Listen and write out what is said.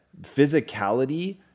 physicality